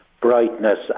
brightness